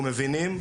אנחנו מבינים,